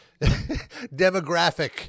demographic